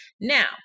Now